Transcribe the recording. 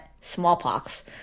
smallpox